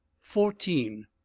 fourteen